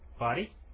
body